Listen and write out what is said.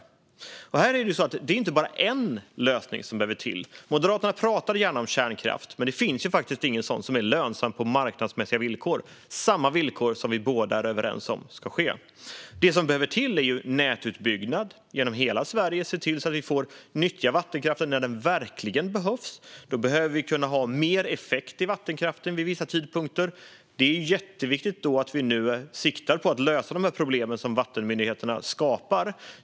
Det är inte bara en lösning som behöver komma till. Moderaterna pratar gärna om kärnkraft. Men det finns ju faktiskt ingen sådan som är lönsam med marknadsmässiga villkor, samma villkor som vi två är överens om att det ska vara. Det som behövs är nätutbyggnad i hela Sverige och att se till att vi nyttjar vattenkraften när den verkligen behövs. Då behöver vi kunna ha mer effekt i vattenkraften vid vissa tidpunkter. Det är därför jätteviktigt att vi nu siktar på att lösa de problem som vattenmyndigheterna skapar.